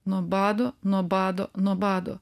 nuo bado nuo bado nuo bado